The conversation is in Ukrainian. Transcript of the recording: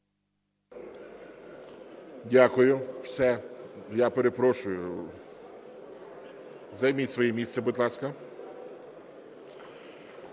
Дякую. Все. Я перепрошую… Займіть своє місце, будь ласка.